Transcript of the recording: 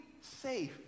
safe